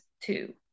two